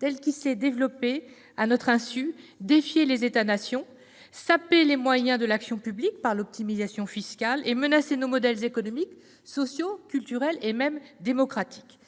tel qu'il s'est développé à notre insu, défiait les États nations, sapait les moyens de l'action publique par l'optimisation fiscale et menaçait nos modèles économiques, sociaux, culturels et même démocratiques.